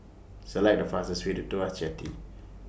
Select The fastest Way to Tuas Jetty